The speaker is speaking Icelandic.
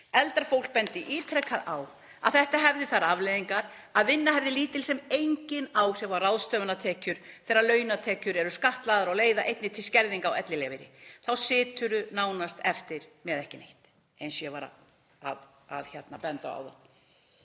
Eldra fólk benti ítrekað á að þetta hefði þær afleiðingar að vinna hefði lítil sem engin áhrif á ráðstöfunartekjur þegar launatekjur eru skattlagðar og leiða einnig til skerðinga á ellilífeyri. Þá situr fólk nánast eftir með ekki neitt eins og ég var að benda á áðan.